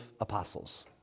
apostles